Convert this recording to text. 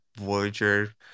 Voyager